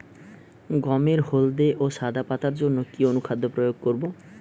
গমের হলদে ও সাদা পাতার জন্য কি অনুখাদ্য প্রয়োগ করব?